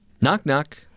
Knock-knock